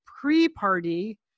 pre-party